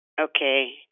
Okay